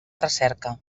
recerca